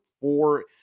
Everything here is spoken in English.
four